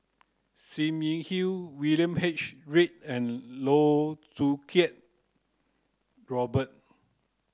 Sim Yi Hui William H Read and Loh Choo Kiat Robert